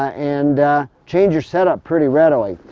and change your setup pretty readily.